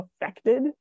affected